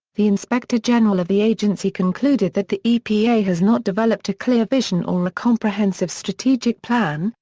the inspector general of the agency concluded that the epa has not developed a clear vision or a comprehensive strategic plan,